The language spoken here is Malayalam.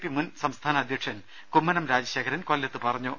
പി മുൻ സംസ്ഥാന അധ്യക്ഷൻ കുമ്മനം രാജശേഖരൻ കൊല്ലത്ത് പറഞ്ഞു